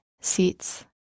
seats